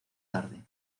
tarde